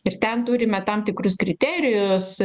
ir ten turime tam tikrus kriterijus